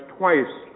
twice